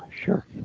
Sure